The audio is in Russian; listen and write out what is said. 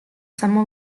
само